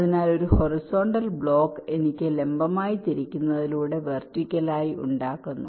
അതിനാൽ ഒരു horizontal block എനിക്ക് ലംബമായി തിരിക്കുന്നതിലൂടെ വെർട്ടിക്കലായി ഉണ്ടാക്കുന്നു